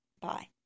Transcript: Bye